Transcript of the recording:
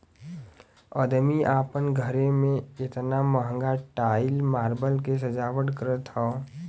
अदमी आपन घरे मे एतना महंगा टाइल मार्बल के सजावट करत हौ